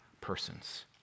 persons